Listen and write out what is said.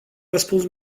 răspuns